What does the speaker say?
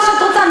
מה שאת רוצה,